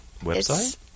website